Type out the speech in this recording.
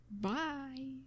bye